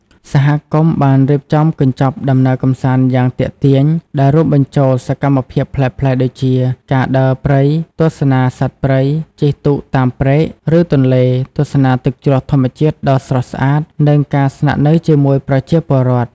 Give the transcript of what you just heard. សហគមន៍បានរៀបចំកញ្ចប់ដំណើរកម្សាន្តយ៉ាងទាក់ទាញ ដែលរួមបញ្ចូលសកម្មភាពប្លែកៗដូចជា ការដើរព្រៃ ទស្សនាសត្វព្រៃ ជិះទូកតាមព្រែក ឬទន្លេ ទស្សនាទឹកជ្រោះធម្មជាតិដ៏ស្រស់ស្អាត និងការស្នាក់នៅជាមួយប្រជាពលរដ្ឋ។